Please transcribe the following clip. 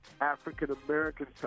African-Americans